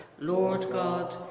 lord god,